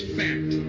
fact